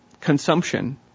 consumption